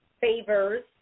favors